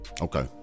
Okay